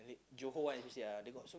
Johor one you go see ah they got